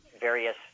various